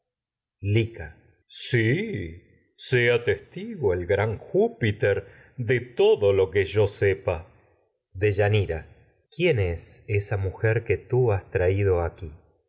sí sea testigo el júpiter de todo lo que yo sepa deyanira quién es esa mujer que tú has traído aquí